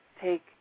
take